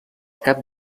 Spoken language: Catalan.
cap